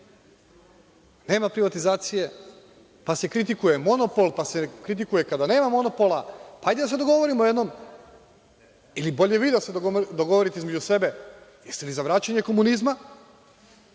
nema privatizacije, pa se kritikuje monopol, pa se kritikuje kada nema monopola. Hajde, da se dogovorimo jednom ili bolje da se vi dogovorite između sebe, da li ste za vraćanje komunizma